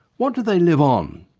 what do they live on?